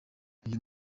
uyu